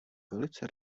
velice